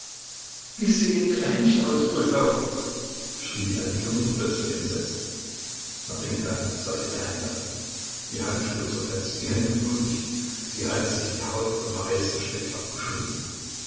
sehen ihre händchen aus durchlaucht schrie die alte jungfer plötzlich entsetzt marinjka sah ihre hände an die handschuhe zerfetzt die hände blutig sie hatte sich die haut am vereisten strick abgeschunden